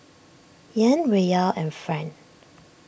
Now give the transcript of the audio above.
Yen Riyal and Franc